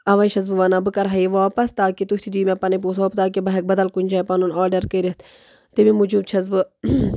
اَوے چھَس بہٕ وَنان بہٕ کَرٕہا یہِ واپَس تاکہِ تُہۍ تہِ دِیِو مےٚ پَنٕنۍ پۅنٛسہٕ واپَس تاکہِ بہٕ ہیٚکہٕ بَدل کُنہِ جایہِ پَنُن آرڈَر کٔرِتھ تَمی موٗجوٗب چھَس بہٕ